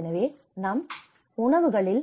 எனவே நம் உணவுகளில்